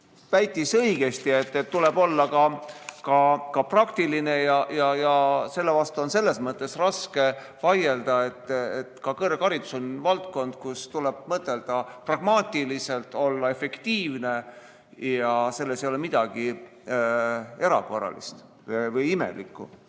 väitis õigesti, et tuleb olla ka praktiline. Selle vastu on raske vaielda. Ka kõrgharidus on valdkond, kus tuleb mõtelda pragmaatiliselt, olla efektiivne, selles ei ole midagi erakorralist või imelikku.